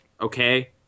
okay